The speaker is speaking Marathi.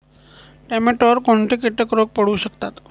टोमॅटोवर कोणते किटक रोग पडू शकतात?